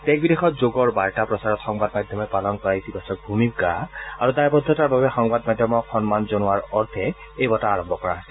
দেশ বিদেশত যোগৰ বাৰ্তা প্ৰচাৰত সংবাদ মাধ্যমে পালন কৰা ইতিবাচক ভূমিকা আৰু দায়বদ্ধতাৰ বাবে সংবাদ মাধ্যমক সন্মানৰ জনোৱাৰ অৰ্থে এই বঁটা আৰম্ভ কৰা হৈছে